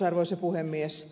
arvoisa puhemies